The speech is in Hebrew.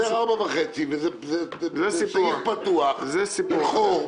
חסר 4.5 וזה סעיף פתוח עם חור.